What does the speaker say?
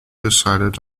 decided